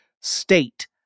state